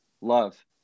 love